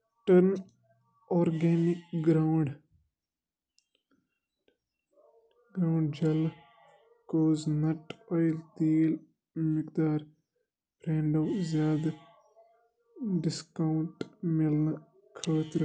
ٹٔرٕن organic ground ground جَلہٕ گوز نَٹ آیِل تیٖل مِقدار فرٛینٛڈو زیادٕ ڈِسکاوُنٛٹ مِلنہٕ خٲطرٕ